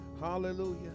Hallelujah